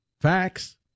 Facts